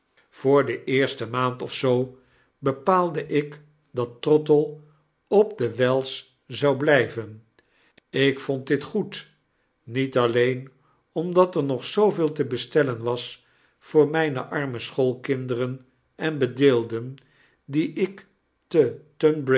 voor de eerste maand of zoo bepaalde ik dat trottle op de wells zou bly ven ik vond dit goed niet alleen omdat er nog zooveel te bestellen was voor mijne arme schoolkinderen en bedeelden die ik te